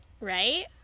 right